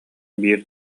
биир